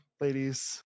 ladies